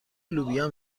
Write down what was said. لوبیا